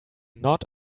not